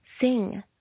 sing